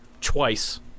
twice